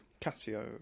Casio